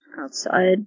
Outside